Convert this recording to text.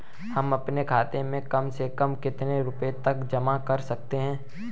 हम अपने खाते में कम से कम कितने रुपये तक जमा कर सकते हैं?